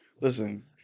Listen